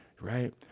right